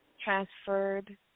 transferred